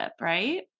right